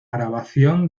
grabación